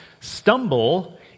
stumble